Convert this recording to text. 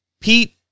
Pete